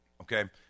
okay